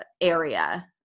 area